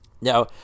Now